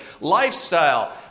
lifestyle